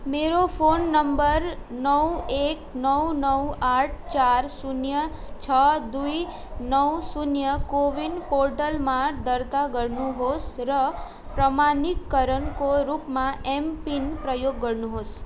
मेरो phone number नौ एक नौ नौ आठ चार शून्य छ दुई नौ शून्य कोविन पोर्टलमा दर्ता गर्नुहोस् र प्रमाणीकरणको रूपमा एमपिन प्रयोग गर्नुहोस्